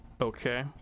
okay